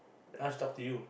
uh she talk to you